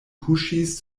kuŝis